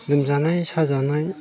लोमजानाय साजानायफ्राबो